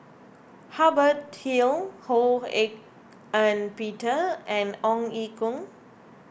Hubert Hill Ho Hak Ean Peter and Ong Ye Kung